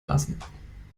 lassen